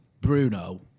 Bruno